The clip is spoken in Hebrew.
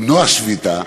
למנוע שביתה,